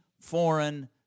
foreign